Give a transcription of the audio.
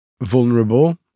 Vulnerable